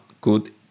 good